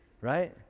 right